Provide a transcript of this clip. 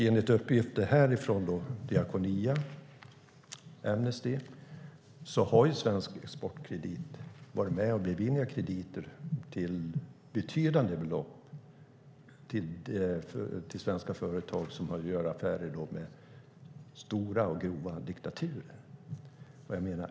Enligt uppgifter från bland annat Diakonia och Amnesty har Svensk Exportkredit varit med och beviljat krediter till betydande belopp till svenska företag som gör affärer med diktaturer.